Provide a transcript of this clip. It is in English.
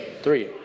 Three